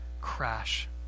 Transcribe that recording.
crash